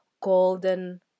golden